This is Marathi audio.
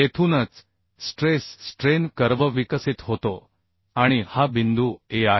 येथूनच स्ट्रेस स्ट्रेन कर्व विकसित होतो आणि हा बिंदू A आहे